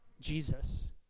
Jesus